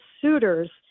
suitors